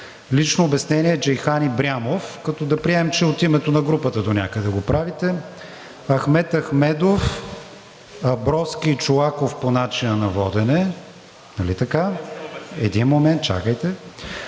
Лично обяснение – Джейхан Ибрямов, като приемем, че от името на групата донякъде го правите; Ахмед Ахмедов, Абровски и Чолаков – по начина на водене, нали така?